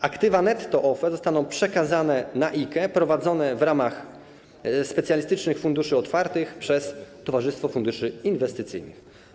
Aktywa netto OFE zostaną przekazane na IKE, prowadzone w ramach specjalistycznych funduszy otwartych przez towarzystwo funduszy inwestycyjnych.